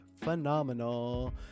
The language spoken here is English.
phenomenal